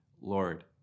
Lord